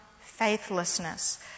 faithlessness